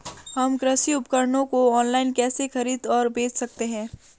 हम कृषि उपकरणों को ऑनलाइन कैसे खरीद और बेच सकते हैं?